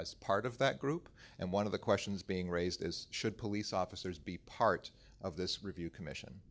as part of that group and one of the questions being raised is should police officers be part of this review commission